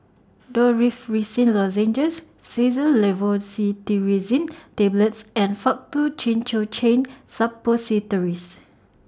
Dorithricin Lozenges Xyzal Levocetirizine Tablets and Faktu Cinchocaine Suppositories